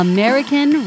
American